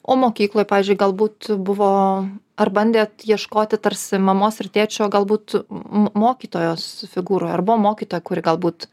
o mokykloj pavyzdžiui galbūt buvo ar bandėt ieškoti tarsi mamos ir tėčio galbūt mokytojos figūroje ar buvo mokytoja kuri galbūt